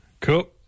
Cool